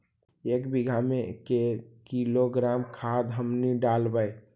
एक बीघा मे के किलोग्राम खाद हमनि डालबाय?